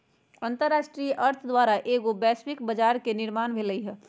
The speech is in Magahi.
अंतरराष्ट्रीय अर्थ द्वारा एगो वैश्विक बजार के निर्माण भेलइ ह